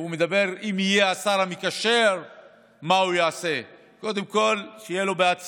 והוא מדבר על מה הוא יעשה אם הוא יהיה השר המקשר.